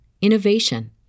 innovation